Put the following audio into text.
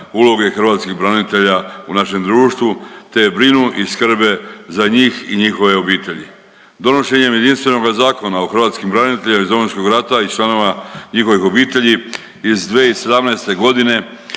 uloge hrvatskih branitelja u našem društvu, te brinu i skrbe za njih i njihove obitelji. Donošenjem jedinstvenoga Zakona o hrvatskim braniteljima iz Domovinskog rata i članovima njihovih obitelji iz 2017.g.